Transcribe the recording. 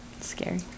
Scary